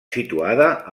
situada